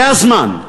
זה הזמן,